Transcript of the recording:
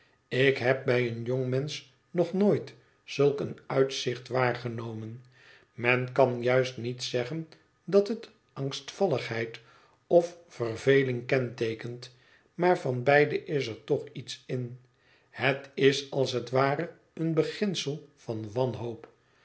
ik heb bij een jongmensch nog nooit zulk een uitzicht waargenomen men kan juist niet zeggen dat het angstvalligheid of verveling kenteekent maar van beide is er toch iets in het is als het ware een beginsel van wanhoop